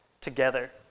together